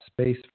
space